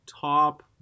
top